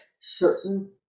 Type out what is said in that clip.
certain